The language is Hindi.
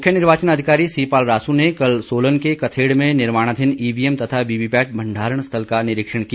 मुख्य निर्वाचन अधिकारी सी पालरासु ने कल सोलन के कथेड़ में निर्माणाधीन ईवीएम तथा वीवीपैट भंडारण स्थल का निरीक्षण किया